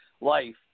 life